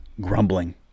Grumbling